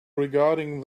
regarding